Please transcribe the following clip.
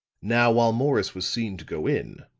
now, while morris was seen to go in,